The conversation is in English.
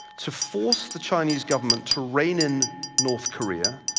to force the chinese government to reign in north korea,